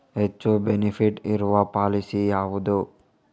ಹೆಚ್ಚು ಬೆನಿಫಿಟ್ ಇರುವ ಪಾಲಿಸಿ ಯಾವುದು?